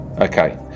Okay